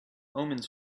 omens